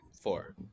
Four